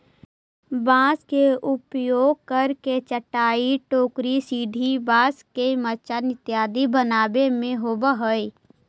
बाँस के उपयोग करके चटाई, टोकरी, सीढ़ी, बाँस के मचान आदि बनावे में होवऽ हइ